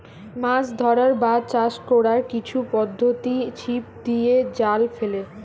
মাছ ধরার বা চাষ কোরার কিছু পদ্ধোতি ছিপ দিয়ে, জাল ফেলে